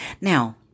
Now